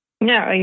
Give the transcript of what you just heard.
No